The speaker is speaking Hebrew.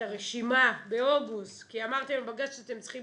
(הרשימה המשותפת): את יכולה לתת לנו